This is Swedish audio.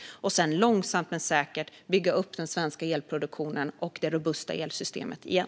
Sedan ska vi långsamt men säkert bygga upp den svenska elproduktionen och det robusta elsystemet igen.